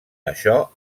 això